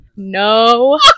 No